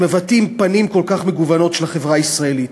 שמבטאים פנים כל כך מגוונות של החברה הישראלית.